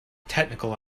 technical